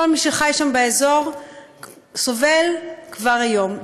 כל מי שחי שם באזור סובל כבר היום.